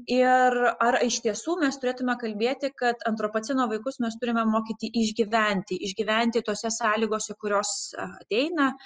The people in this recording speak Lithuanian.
ir ar iš tiesų mes turėtume kalbėti kad antropoceno vaikus mes turime mokyti išgyventi išgyventi tose sąlygose kurios ateina